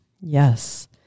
Yes